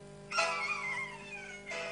אני רוצה לשמוע את עמדת משרד הבריאות